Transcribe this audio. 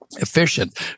Efficient